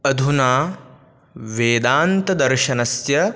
अधुना वेदान्तदर्शनस्य